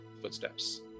footsteps